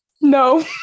No